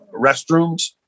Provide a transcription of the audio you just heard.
restrooms